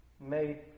Made